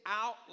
out